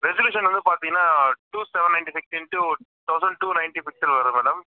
resolution வந்து பார்த்திங்கனா two seven ninety six into thousand two ninety pixel வருது madam